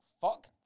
fuck